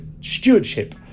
stewardship